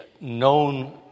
known